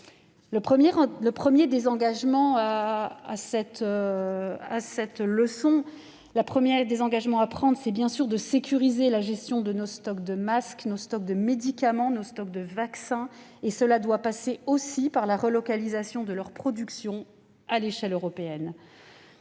Le premier des engagements à prendre est, bien sûr, de sécuriser la gestion de nos stocks de masques, de médicaments, de vaccins. Cela doit passer aussi par la relocalisation de leur production à l'échelle européenne.